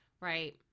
Right